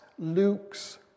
Luke's